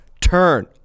turn